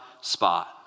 spot